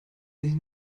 sich